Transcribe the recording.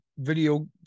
video